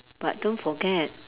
but don't forget